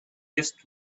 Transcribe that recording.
just